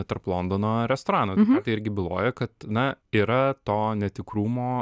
tarp londono restoranų tai irgi byloja kad na yra to netikrumo